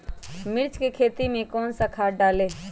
मिर्च की खेती में कौन सा खाद डालें?